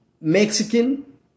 Mexican